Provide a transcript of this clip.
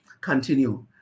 continue